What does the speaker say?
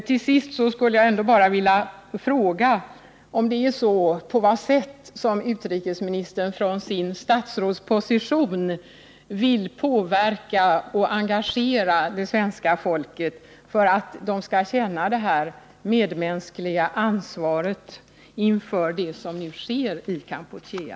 Till sist skulle jag vilja fråga på vad sätt utrikesministern från sin statsrådsposition vill påverka och engagera svenska folket för att känna det medmänskliga ansvaret inför det som nu sker i Kampuchea.